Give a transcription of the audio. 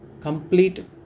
complete